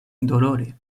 dolore